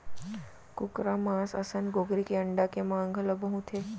कुकरा मांस असन कुकरी के अंडा के मांग घलौ बहुत हे